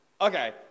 Okay